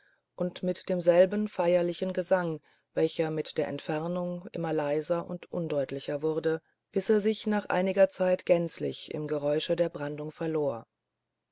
und mit demselben feierlichen gesang welcher mit der entfernung immer leiser und undeutlicher wurde bis er sich nach einiger zeit gänzlich im geräusche der brandung verlor